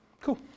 cool